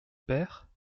père